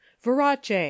Verace